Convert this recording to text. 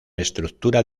estructura